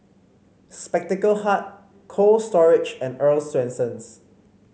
Spectacle Hut Cold Storage and Earl's Swensens